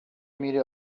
میری